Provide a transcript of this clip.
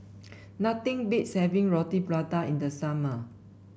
nothing beats having Roti Prata in the summer